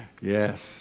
Yes